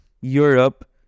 Europe